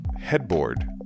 headboard